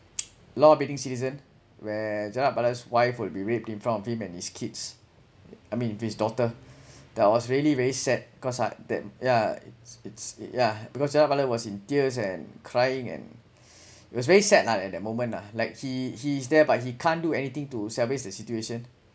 law abiding citizen where gerard butler's wife would be raped in front of him and his kids I mean it's his daughter that was really very sad cause ah that yeah it's it's yeah because gerard butler was in tears and crying and it was very sad lah at that moment lah like he he's there but he can't do anything to salvage the situation